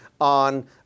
on